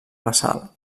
basal